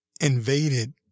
invaded